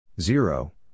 Zero